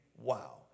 Wow